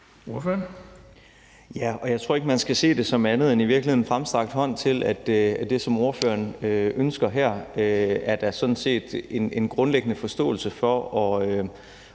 Jeg tror ikke, man skal se det som andet end en fremstrakt hånd til, at det, som ordføreren ønsker her, er der sådan set en grundlæggende forståelse for